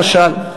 למשל,